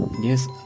yes